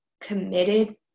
committed